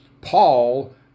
Paul